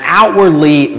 outwardly